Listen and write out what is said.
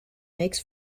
makes